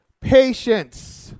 patience